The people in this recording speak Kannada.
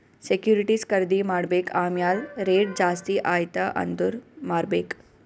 ಸೆಕ್ಯೂರಿಟಿಸ್ ಖರ್ದಿ ಮಾಡ್ಬೇಕ್ ಆಮ್ಯಾಲ್ ರೇಟ್ ಜಾಸ್ತಿ ಆಯ್ತ ಅಂದುರ್ ಮಾರ್ಬೆಕ್